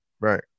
Right